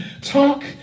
talk